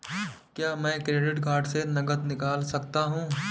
क्या मैं credit card से नकद निकाल सकता हूँ?